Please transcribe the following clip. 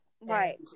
Right